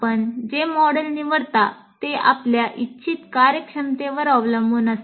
आपण जे मॉडेल निवडता ते आपल्या इच्छित कार्यक्षमतेवर अवलंबून असते